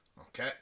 Okay